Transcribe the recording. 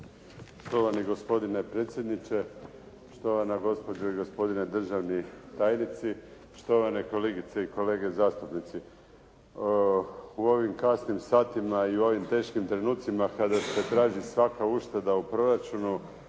Štovani gospodine predsjedniče, štovana gospođo i gospodine državni tajnici, štovane kolegice i kolege zastupnici. U ovim kasnim satima i u ovim teškim trenucima kada se traži svaka ušteda u proračunu